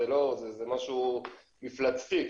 זה משהו מפלצתי,